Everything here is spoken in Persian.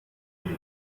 مهم